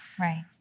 Right